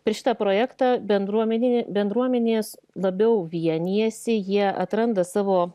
per šitą projektą bendruomeninė bendruomenės labiau vienijasi jie atranda savo